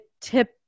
tip